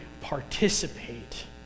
participate